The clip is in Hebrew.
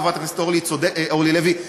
חברת הכנסת אורלי לוי צודקת,